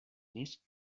més